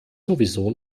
sowieso